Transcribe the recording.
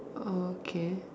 oh okay